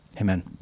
Amen